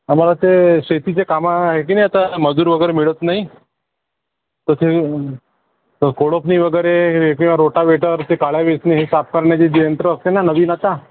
आम्हाला ते शेतीचे कामं आहे की नाही आता मजूर वगैरे मिळत नाही तसे तर कोळपणी वगैरे हे किंवा रोटावेटर ते काड्या वेचणे हे साफ करण्याचे जे यंत्र असते ना नवीन आता